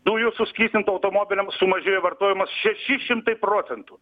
dujų suskystintų automobiliam sumažėjo vartojimas šeši šimtai procentų